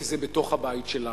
כי זה בתוך הבית שלנו.